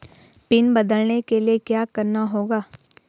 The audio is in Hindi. पिन बदलने के लिए क्या करना होगा?